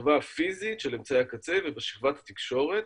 בשכבה הפיזית של אמצעי הקצה ובשכבת התקשורת,